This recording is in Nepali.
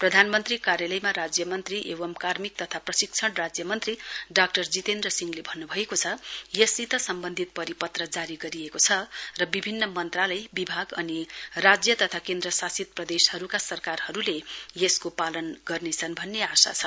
प्रधानमन्त्री कार्यालयमा राज्यमन्त्री एवं कार्मिक तथा प्रशिक्षण राज्य मन्त्री डाक्टर जितेन्द्र सिंहले भन्न भएको छ यससित सम्बन्धित परिपत्र जारी गरिएको छ र विभिन्न मन्त्रालय विभाग अनि राज्य तथा केन्द्र शासित प्रदेशहरूका सरकारहरूले यसको पालन गर्नेछन् भन्ने आशा छ